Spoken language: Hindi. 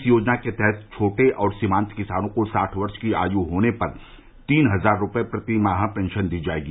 इस योजना के तहत छोटे और सीमांत किसानों को साठ वर्ष की आयु होने पर तीन हजार रुपए प्रतिमाह पेंशन दी जाएगी